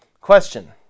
Question